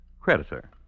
Creditor